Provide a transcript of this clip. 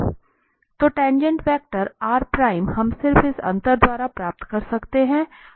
तो टाँगेँट वेक्टर हम सिर्फ इस अंतर द्वारा प्राप्त कर सकते हैं